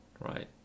Right